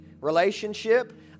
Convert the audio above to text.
relationship